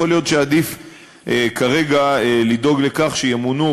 יכול להיות שעדיף כרגע לדאוג לכך שימונו,